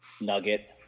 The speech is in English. nugget